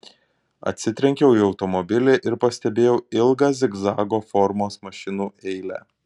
atsitrenkiau į automobilį ir pastebėjau ilgą zigzago formos mašinų eilę